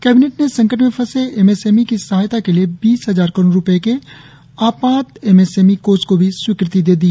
cabinet ने संकट में फंसे एमएसएमई की सहायता के लिए बीस हजार करोड़ रुपये के आपात एमएसएमई कोष को भी स्वीकृति दी